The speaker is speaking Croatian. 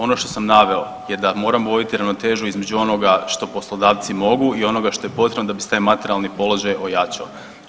Ono što sam naveo je da moramo uloviti ravnotežu između onoga što poslodavci mogu i onoga što je potrebno da bi se taj materijalni položaj ojačao.